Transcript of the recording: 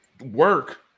work